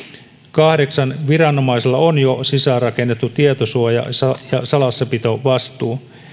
kahdeksantena viranomaisilla on jo sisäänrakennettu tietosuoja ja salassapitovastuu